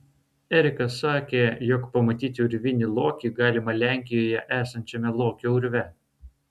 erikas sakė jog pamatyti urvinį lokį galima lenkijoje esančiame lokio urve